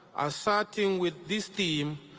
starting with this theme,